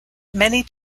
many